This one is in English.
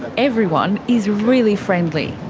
everyone is really friendly.